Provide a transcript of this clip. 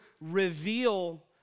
reveal